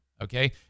okay